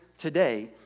today